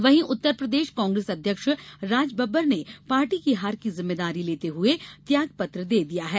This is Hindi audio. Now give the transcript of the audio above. वहीं उत्तरप्रदेश कांग्रेस अध्यक्ष राजबब्बर ने पार्टी की हार की जिम्मेदारी लेते हुए त्यागपत्र दे दिया है